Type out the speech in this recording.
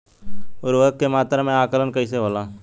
उर्वरक के मात्रा में आकलन कईसे होला?